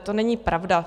To není pravda.